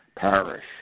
parish